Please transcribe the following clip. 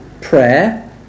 Prayer